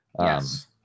Yes